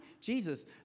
Jesus